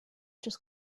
just